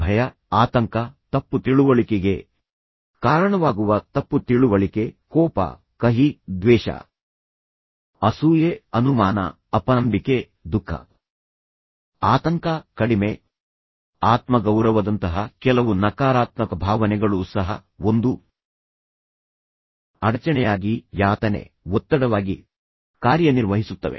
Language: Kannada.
ಭಯ ಆತಂಕ ತಪ್ಪು ತಿಳುವಳಿಕೆಗೆ ಕಾರಣವಾಗುವ ತಪ್ಪು ತಿಳುವಳಿಕೆ ಕೋಪ ಕಹಿ ದ್ವೇಷ ಅಸೂಯೆ ಅನುಮಾನ ಅಪನಂಬಿಕೆ ದುಃಖ ಆತಂಕ ಕಡಿಮೆ ಆತ್ಮಗೌರವದಂತಹ ಕೆಲವು ನಕಾರಾತ್ಮಕ ಭಾವನೆಗಳು ಸಹ ಒಂದು ಅಡಚಣೆಯಾಗಿ ಯಾತನೆ ಒತ್ತಡವಾಗಿ ಕಾರ್ಯನಿರ್ವಹಿಸುತ್ತವೆ